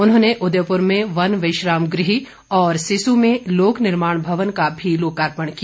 उन्होंने उदयपुर में वन विश्राम गृह और सिस्सु में लोकनिर्माण भवन का भी लोकार्पण किया